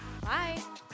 Bye